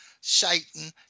Satan